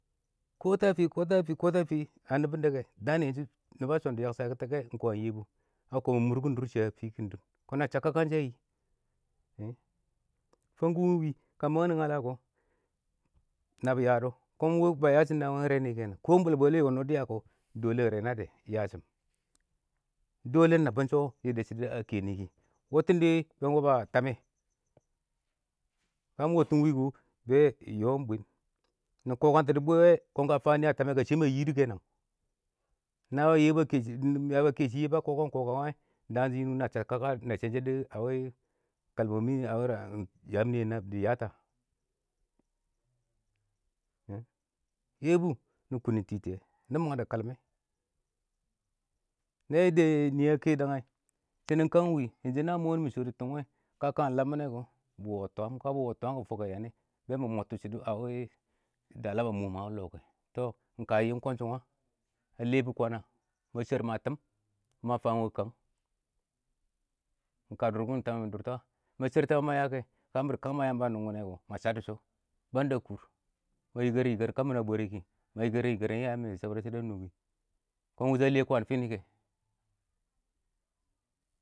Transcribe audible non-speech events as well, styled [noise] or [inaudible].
﻿Kɔ ta fɪ, kɔ ta fɪ, kɔ ta fɪ, anubun dakai anishim nɪbɔ a shɔn dɪ yakshatʊ kɛ ɪng kwaan Yebu, a kɔmɪn mʊrkɪn dʊrshɪyɛ a fɪ dɪɪ nɪ,na shak kakan sha nɪ, Fankʊwɪ ɪng wɪ, ka mang nɪ ngala kɔ, na bɪ yadɔ, kɔnɪng wɛ ba yashɪndɔ kɛ, ɪng [unintelligible] kɛnan kɔ ɪng bwel bwɛlɛ wʊnɪ dɪya kɔ [unintelligible] bɛ shɪm, [unintelligible] ɪng nabbɔ ɪng sɦɔ wɔ dɪ shɪdɔ a kɛnɪ kɪ, wʊbtɪn bɛ ɪng wɔb a tamɛ, ka mɪ wɔbtɪn wɪ kʊ, yɔ ɪng bwɪɪm.nɪ kɔkang tɔ dɪ bwɪɪ wɛ kɔn ka fa wɛ a tamɛ kɔ, ma yɪdʊ kɛnang ɪng na mɪyabʊ a kɛ shɪ Yebu a kɔkang kɔkangɛ wɛ ɪng daan shʊ na shaddʊ kaka, na [unintelligible] a wɪ [unintelligible] mɪn shɪ a? a yam nɪyɛ nɪ yatɔ ka? Yebu nɪ kʊn nɪ tɪtɪ yɛ nɪ mang dɛ kalmɛ, na yadde nɪ a kɛ dangɛ, shɪnɪng kang ɪng wɪ, inji na ɪng mɔ mɪ shɔtʊ tɔm wɛ, ka kaan dɪ lamɛ kɔ, bɪ wɔwɛ twaam, ka bɪ wɔ wɛ twaam kɔ mɪ fʊkɛ yanɪ, mɪ mɔbtɔ a wɪ dala bɪ mʊ mɪn lɔ tɔ ɪng ka yɪm kɔnshɪn, a lɛ bʊ kwaan na? ba shɛrɪm a tɪm, ma fam wɪ kang, ɪng ka dʊrkɪn tamɛ mɪ dʊrta? ma sher tamɛ ma ya kɛ, nakɪr kang ma Yamba a nungun nɛ kɔ, ma chab dɪ shɔ, banda kʊʊr, ma yikər yikər kammʊn a bwɛrɪ kɪ ma yikerim yiker ɪyayɛmɛ dɪ shɔ dɔ a nɔ kɪ kɔn wʊshɔ a lɛ fɪshʊ kɛ.